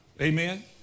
Amen